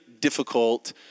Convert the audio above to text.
difficult